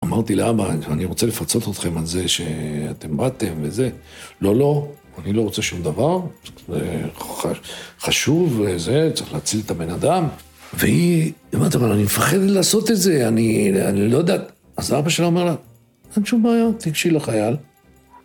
אמרתי לאבא, אני רוצה לפצות אתכם על זה שאתם באתם וזה. לא, לא, אני לא רוצה שום דבר, חשוב זה, צריך להציל את הבנאדם. והיא, אמרת, אבל אני מפחדת לעשות את זה, אני לא יודעת. אז אבא שלה אמר לה, אין שום בעיה, תגשי לחייל.